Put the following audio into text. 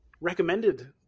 recommended